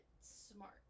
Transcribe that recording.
smart